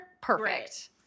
Perfect